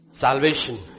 Salvation